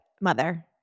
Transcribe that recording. mother